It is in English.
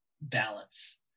balance